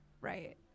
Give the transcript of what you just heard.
Right